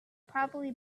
probably